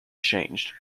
changed